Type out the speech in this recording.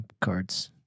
cards